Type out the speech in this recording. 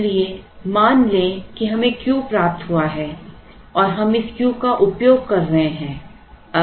इसलिए मान लें कि हमें Q प्राप्त हुआ है और हम इस Q का उपयोग कर रहे हैं